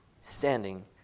standing